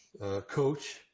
coach